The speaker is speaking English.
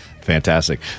Fantastic